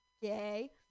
yay